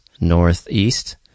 northeast